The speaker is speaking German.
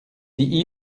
die